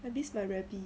I miss my rabbit